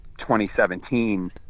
2017